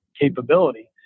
capability